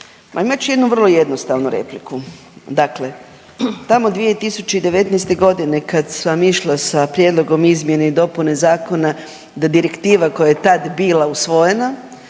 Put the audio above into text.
imat ću jednu vrlo jednostavnu repliku, dakle tamo 2019.g. kad sam išla sa prijedlogom izmjena i dopuna zakona da direktiva koja je tad bila usvojena,